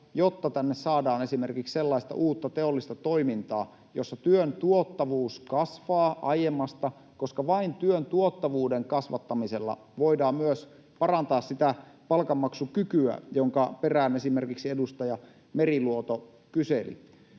jotta tänne saadaan esimerkiksi sellaista uutta teollista toimintaa, jossa työn tuottavuus kasvaa aiemmasta — koska vain työn tuottavuuden kasvattamisella voidaan myös parantaa sitä palkanmaksukykyä, jonka perään esimerkiksi edustaja Meriluoto kyseli.